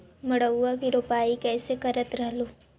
मड़उआ की रोपाई कैसे करत रहलू?